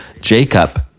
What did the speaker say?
Jacob